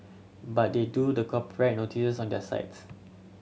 but they do the copyright notices on their sites